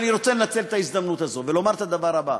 אני רוצה לנצל את ההזדמנות הזאת ולומר את הדבר הבא: